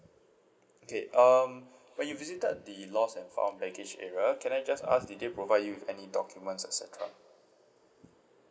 okay um when you visited the lost and found baggage area can I just ask did they provide you with any documents et cetera